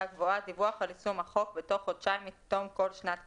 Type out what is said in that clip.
גבוהה דיווח על יישום החוק בתוך חודשיים מתום כל שנת כספים.